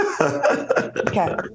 Okay